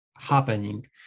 happening